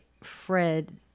Fred